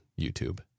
YouTube